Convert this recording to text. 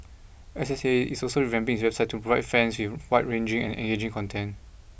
S S A is also revamping its website to provide fans with wide ranging and engaging content